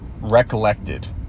recollected